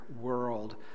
world